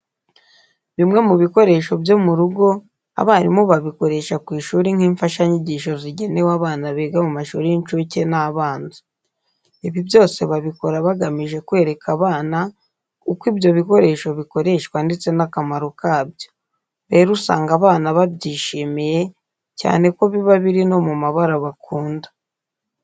Bimwe mu bikoresho byo mu rugo abarimu babikoresha ku ishuri nk'imfashanyigisho zigenewe abana biga mu mashuri y'incuke n'abanza. Ibi byose babikora bagamije kwereka abana uko ibyo bikoresho bikoreshwa ndetse n'akamaro kabyo. Rero usanga abana babyishimiye cyane ko biba biri no mu mabara bakunda.